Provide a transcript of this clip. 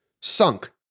Sunk